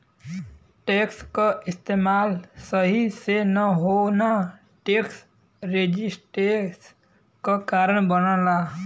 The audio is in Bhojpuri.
टैक्स क इस्तेमाल सही से न होना टैक्स रेजिस्टेंस क कारण बनला